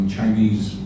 Chinese